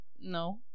no